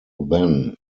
then